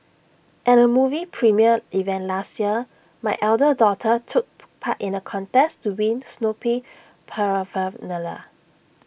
at A movie premiere event last year my elder daughter took part in A contest to win Snoopy Paraphernalia